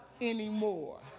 anymore